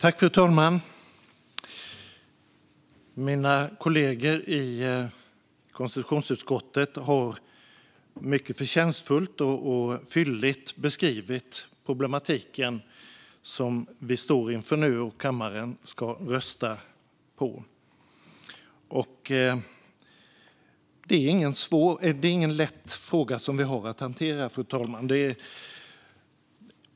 Fru talman! Mina kollegor i konstitutionsutskottet har mycket förtjänstfullt och fylligt beskrivit den problematik som vi nu står inför och som kammaren ska rösta om. Det är ingen lätt fråga vi har att hantera, fru talman.